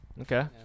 okay